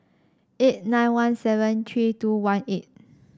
eight nine one seven three two one eight